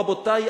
רבותי,